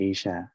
Asia